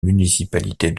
municipalités